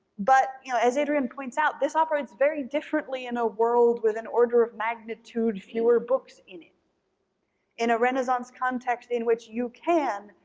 but you know as adrian points out, this operates very differently in a world with an order of magnitude fewer books in it in a renaissance context in which you can,